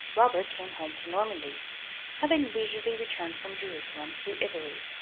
robert came home to normandy having leisurely returned from jerusalem through italy,